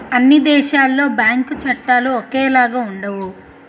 అన్ని దేశాలలో బ్యాంకు చట్టాలు ఒకేలాగా ఉండవు